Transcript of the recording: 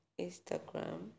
Instagram